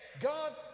God